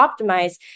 optimize